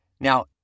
Now